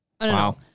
Wow